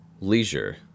leisure